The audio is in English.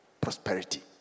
prosperity